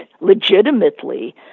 legitimately